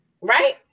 right